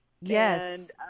Yes